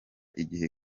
igihe